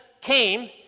came